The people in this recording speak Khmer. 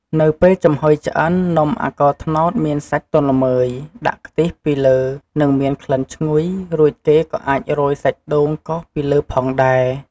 នៅពេលចំហុយឆ្អិន នំអាកោត្នោតមានសាច់ទន់ល្មើយ ដាក់ខ្ទិះពីលើ និងមានក្លិនឈ្ងុយ រួចគេក៏អាចរោយសាច់ដូងកោសពីលើផងដែរ។